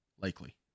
likely